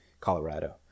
colorado